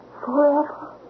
forever